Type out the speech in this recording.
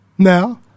now